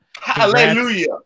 Hallelujah